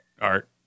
Art